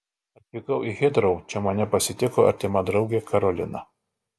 atvykau į hitrou čia mane pasitiko artima draugė karolina